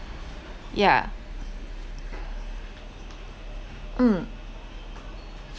yeah mm